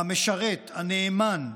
המשרת, הנאמן,